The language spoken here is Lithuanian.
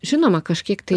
žinoma kažkiek tai